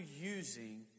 using